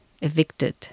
evicted